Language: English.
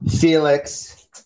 Felix